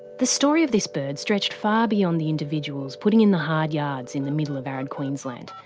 the story of this bird stretched far beyond the individuals putting in the hard yards in the middle of arid queensland.